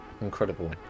Incredible